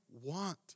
want